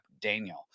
Daniel